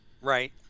right